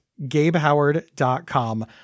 GabeHoward.com